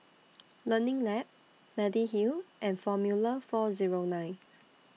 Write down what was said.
Learning Lab Mediheal and Formula four Zero nine